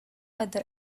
other